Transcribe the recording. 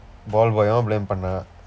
ball boy-um blame பண்ண:panna